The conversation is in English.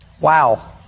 wow